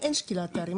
הצעת המחליטים,